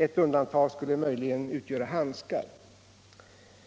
Ett undantag skulle möjligen vara handskar.